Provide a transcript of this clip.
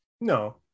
No